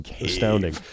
astounding